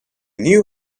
knew